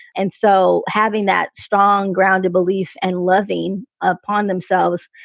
and so having that strong, grounded belief and loving upon themselves,